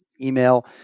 email